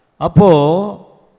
Apo